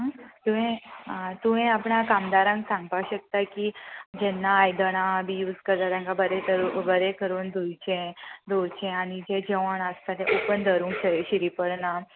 तुवें आं तुवें आपणा कामदारांक सांगपाक शकता की जेन्ना आयदनां बी यूज करता तेंकां बरें तर बरें करून धुयचें धुवचें आनी जें जेवण आसता तें ओपन धरूंक सर शिरी पडोना